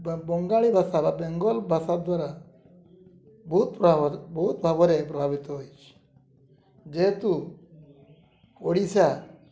ବା ବଙ୍ଗାଳୀ ଭାଷା ବା ବେଙ୍ଗଲ୍ ଭାଷା ଦ୍ୱାରା ବହୁତ ପ୍ରଭାବ ବହୁତ ଭାବରେ ପ୍ରଭାବିତ ହୋଇଛି ଯେହେତୁ ଓଡ଼ିଶା